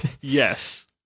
Yes